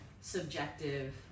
subjective